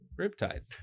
riptide